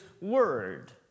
word